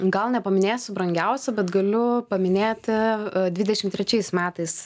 gal nepaminėsiu brangiausių bet galiu paminėti dvidešim trečiais metais